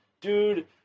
dude